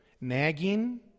Nagging